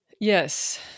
Yes